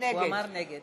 נגד